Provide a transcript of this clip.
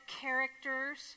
characters